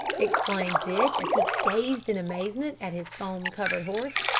exclaimed dick, as he gazed in amazement at his foam-covered horse.